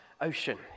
ocean